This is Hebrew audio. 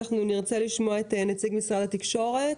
אנחנו רוצים לשמוע את נציג משרד התקשורת.